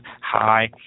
high